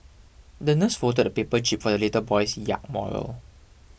the nurse folded a paper jib for the little boy's yacht model